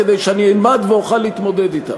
כדי שאני אלמד ואוכל להתמודד אתם.